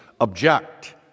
object